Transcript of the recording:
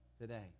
today